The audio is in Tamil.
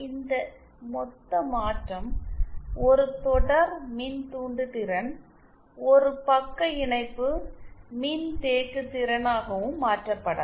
இந்த மொத்த மாற்றம் ஒரு தொடர் மின்தூண்டுத்திறன் ஒரு பக்க இணைப்பு மின்தேக்குதிறனாகவும் மாற்றப்படலாம்